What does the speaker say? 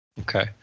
okay